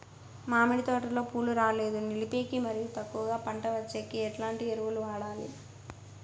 మామిడి తోటలో పూలు రాలేదు నిలిపేకి మరియు ఎక్కువగా పంట వచ్చేకి ఎట్లాంటి ఎరువులు వాడాలి?